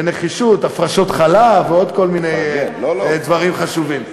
בנחישות, הפרשות חלה, ועוד כל מיני דברים חשובים.